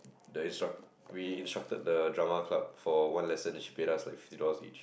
the instruct we instructed the Drama Club for one lesson and she paid us like fifty dollars each